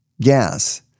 gas